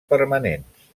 permanents